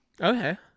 Okay